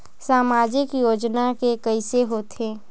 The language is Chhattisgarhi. सामाजिक योजना के कइसे होथे?